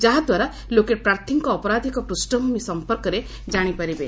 ଯାହାଦ୍ୱାରା ଲୋକେ ପ୍ରାର୍ଥୀଙ୍କ ଅପରାଧକ ପୃଷଭମି ସଂପର୍କରେ ଜାଶିପାରିବେ